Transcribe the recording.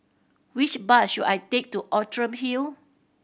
which bus should I take to Outram Hill